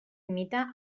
mite